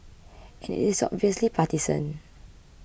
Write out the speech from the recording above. it is obviously partisan